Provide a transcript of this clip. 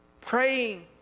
praying